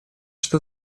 что